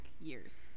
years